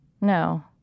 No